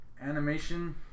animation